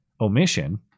omission